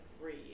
read